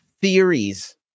theories